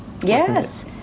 Yes